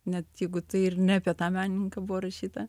net jeigu tai ir ne apie tą menininką buvo rašyta